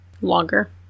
longer